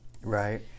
right